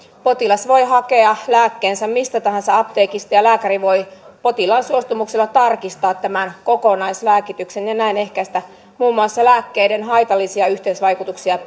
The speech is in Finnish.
potilas voi hakea lääkkeensä mistä tahansa apteekista ja lääkäri voi potilaan suostumuksella tarkistaa tämän kokonaislääkityksen ja näin ehkäistä muun muassa lääkkeiden haitallisia yhteisvaikutuksia